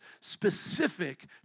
specific